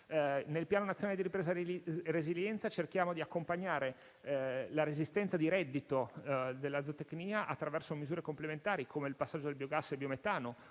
Nel Piano nazionale di ripresa e resilienza cerchiamo di accompagnare la resistenza di reddito della zootecnia attraverso misure complementari, come il passaggio al biogas e al biometano,